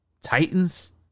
Titans